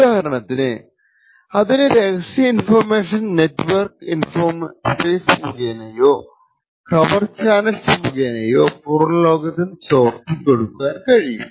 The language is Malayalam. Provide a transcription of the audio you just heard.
ഉദാഹരണത്തിന് അതിന് രഹസ്യ ഇൻഫർമേഷൻ നെറ്റ്വർക്ക് ഇന്റർഫേസ് മുഖേനയോ കവർ ചാനൽസ് മുഖേനയോ പുറംലോകത്തിന് ചോർത്തി കൊടുക്കാൻ കഴിയും